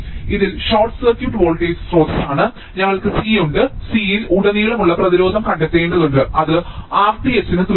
ഇതിൽ short circuit voltage സ്രോതസ്സാണ് ഞങ്ങൾക്ക് C ഉണ്ട് നിങ്ങൾ C യിൽ ഉടനീളമുള്ള പ്രതിരോധം കണ്ടെത്തേണ്ടതുണ്ട് അത് Rth ന് തുല്യമാണ്